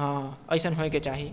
हँ अइसन होइके चाही